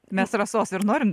mes rasos ir norim